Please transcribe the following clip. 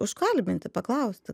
užkalbinti paklausti